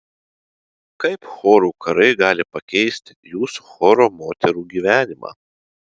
kaip chorų karai gali pakeisti jūsų choro moterų gyvenimą